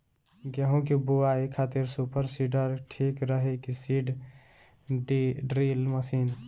गेहूँ की बोआई खातिर सुपर सीडर ठीक रही की सीड ड्रिल मशीन?